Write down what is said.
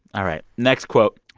all right. next quote